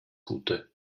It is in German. gute